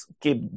keep